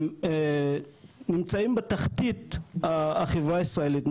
הם נמצאים בתחתית החברה הישראלית,